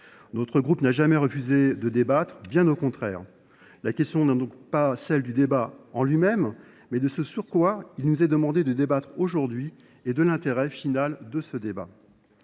Notre groupe n’a jamais refusé de débattre, bien au contraire. La question n’est donc pas celle du débat en lui même, mais de ce sur quoi il nous est demandé de débattre aujourd’hui. Ce projet de loi de